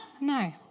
No